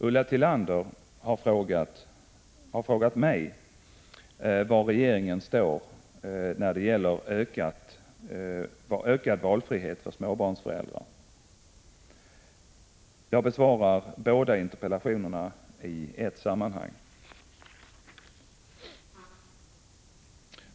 Ulla Tillander har frågat mig var regeringen står när det gäller ökad valfrihet för småbarnsföräldrar. Jag besvarar båda interpellationerna i ett sammanhang.